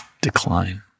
decline